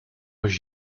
was